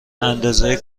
اندازه